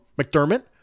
McDermott